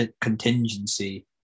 contingency